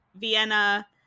vienna